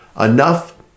enough